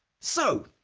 so,